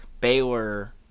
Baylor